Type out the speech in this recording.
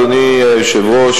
אדוני היושב-ראש,